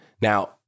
Now